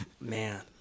man